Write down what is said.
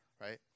right